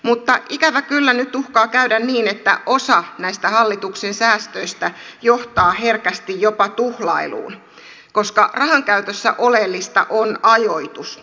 mutta ikävä kyllä nyt uhkaa käydä niin että osa näistä hallituksen säästöistä johtaa herkästi jopa tuhlailuun koska rahankäytössä oleellista on ajoitus